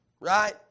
Right